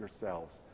yourselves